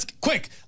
Quick